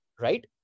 Right